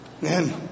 Man